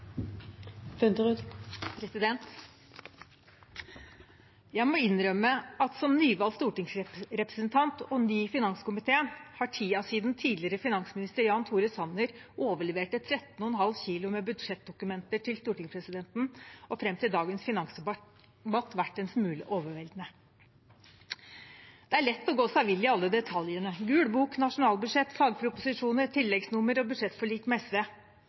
Jeg må innrømme at som nyvalgt stortingsrepresentant og ny i finanskomiteen har tiden siden tidligere finansminister Jan Tore Sanner overleverte 13,5 kg med budsjettdokumenter til stortingspresidenten og fram til dagens finansdebatt vært en smule overveldende. Det er lett å gå seg vill i alle detaljene: Gul bok, nasjonalbudsjett, fagproposisjoner, tilleggsnummer og budsjettforlik med SV.